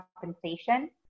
compensation